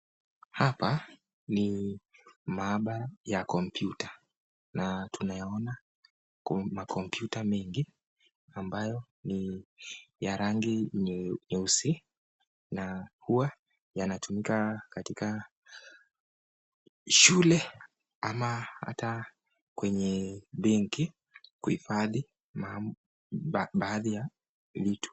Hapa ni mahabara ya kompyuta na tunayaona makompyuta mengi ambayo ni ya rangi nyeusi na huwa yanatumika katika shule ama ata kwenye benki kuhifadhi baadhi ya vitu.